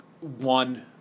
one